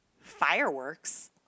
fireworks